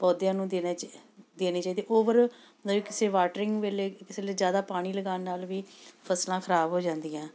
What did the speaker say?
ਪੌਦਿਆਂ ਨੂੰ ਦੇਣਾ ਚਾਹੀ ਦੇਣੀ ਚਾਹੀਦੀ ਓਵਰ ਕਿਸੇ ਵਾਟਰਿੰਗ ਵੇਲੇ ਜਿਸ ਵੇਲੇ ਜ਼ਿਆਦਾ ਪਾਣੀ ਲਗਾਉਣ ਨਾਲ਼ ਵੀ ਫ਼ਸਲਾਂ ਖ਼ਰਾਬ ਹੋ ਜਾਂਦੀਆਂ